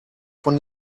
von